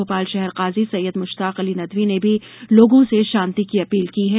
भोपाल शहर काजी सैयद मुश्ताक अली नदवी ने भी लोगों से शांति की अपील की है